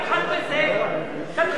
היו לך שלוש דקות לרשותך,